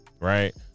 right